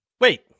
Wait